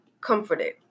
Comforted